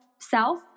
self